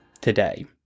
today